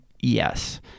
yes